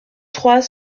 trois